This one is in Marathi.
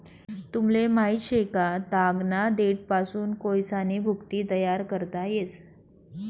तुमले माहित शे का, तागना देठपासून कोयसानी भुकटी तयार करता येस